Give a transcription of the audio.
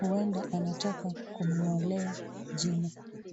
huenda anataka kumg'olea jino.